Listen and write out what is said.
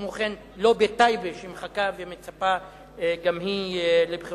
כמו כן, לא בטייבה שמחכה ומצפה גם היא לבחירות.